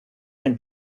when